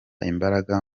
imbaraga